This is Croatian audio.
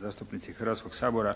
zastupnici Hrvatskog sabora